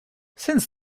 since